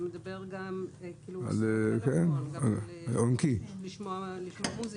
זה מדבר גם על לשמוע מוזיקה.